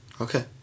Okay